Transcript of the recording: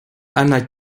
anna